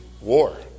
war